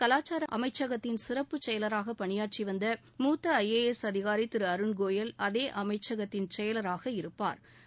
கலாச்சார அமைச்கத்தின் பணியாற்றி வந்த மூத்த ஐ ஏ எஸ் அதிகாரி திரு அருண்கோயல் அதே அமைச்சகத்தின் செயலராக இருப்பாா்